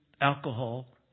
alcohol